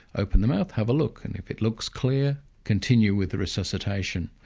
open their mouth, have a look, and if it looks clear, continue with the resuscitation.